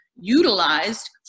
Utilized